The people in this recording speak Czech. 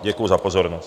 Děkuju za pozornost.